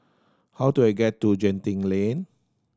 how do I get to Genting Lane